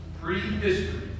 Pre-history